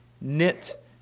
knit